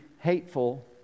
hateful